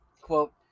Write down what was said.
Quote